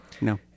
No